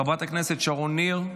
חברת הכנסת שרון ניר,